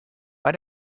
bei